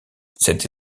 cette